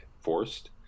forced